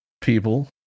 people